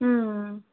ம் ம்